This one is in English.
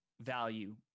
value